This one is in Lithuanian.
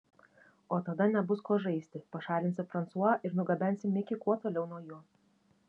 o tada nebus ko žaisti pašalinsi fransua ir nugabensi mikį kuo toliau nuo jo